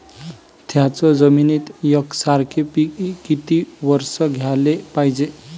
थ्याच जमिनीत यकसारखे पिकं किती वरसं घ्याले पायजे?